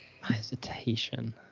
Hesitation